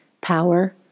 power